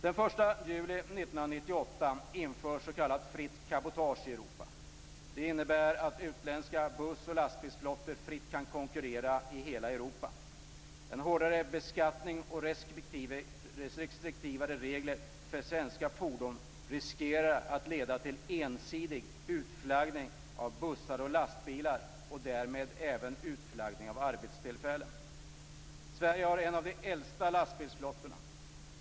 Det innebär att utländska buss och lastbilsflottor fritt kan konkurrera i hela Europa. En hårdare beskattning och restriktivare regler för svenska fordon riskerar att leda till en ensidig utflaggning av bussar och lastbilar och därmed även en utflaggning arbetstillfällen. Sverige har en av de äldsta lastbilsflottorna.